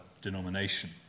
denomination